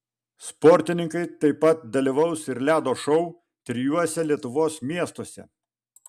sportininkai taip pat dalyvaus ir ledo šou trijuose lietuvos miestuose